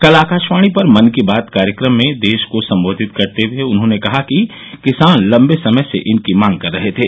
कल आकाशवाणी पर मन की बात कार्यक्रम में देश को सम्बोधित करते हुए उन्होंने कहा कि किसान लंबे समय से इनकी मांग कर रहे थे